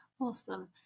Awesome